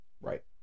Right